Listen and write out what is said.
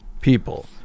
people